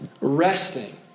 resting